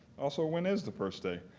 also, when is the first day?